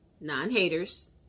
non-haters